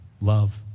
love